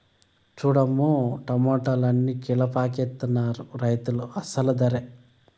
సూడమ్మో టమాటాలన్ని కీలపాకెత్తనారు రైతులు అసలు దరే